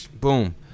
Boom